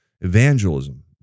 evangelism